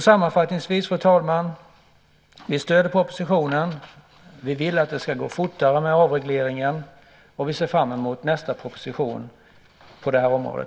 Sammanfattningsvis, fru talman: Vi stöder propositionen, vi vill att det ska gå fortare med avregleringen och vi ser fram emot nästa proposition på det här området.